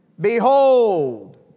Behold